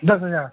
दस हज़ार